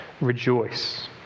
rejoice